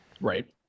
right